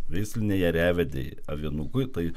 veislinei ėriavedei avinukui tai